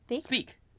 speak